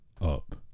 up